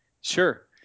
Sure